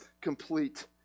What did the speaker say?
complete